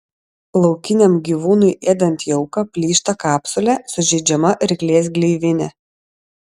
laukiniam gyvūnui ėdant jauką plyšta kapsulė sužeidžiama ryklės gleivinė